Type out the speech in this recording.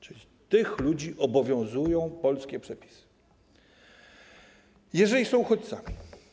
Czyli tych ludzi obowiązują polskie przepisy, jeżeli są uchodźcami.